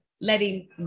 letting